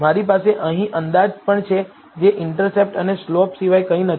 મારી પાસે અહીં અંદાજ પણ છે જે ઇન્ટરસેપ્ટ અને સ્લોપ સિવાય કંઈ નથી